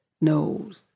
knows